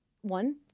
one